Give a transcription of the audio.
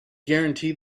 guarantee